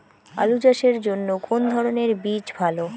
আলু চাষের জন্য কোন ধরণের বীজ ভালো?